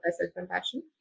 self-compassion